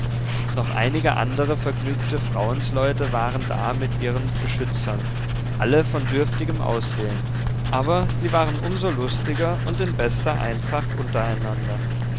noch einige andere vergnügte frauensleute waren da mit ihren beschützern alle von dürftigem aussehen aber sie waren um so lustiger und in bester eintracht untereinander